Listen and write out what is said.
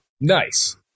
Nice